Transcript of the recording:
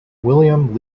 william